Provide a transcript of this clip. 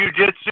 jujitsu